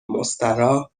مستراح